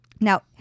Now